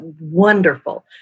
wonderful